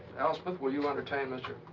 elspeth, will you entertain mr.